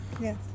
Yes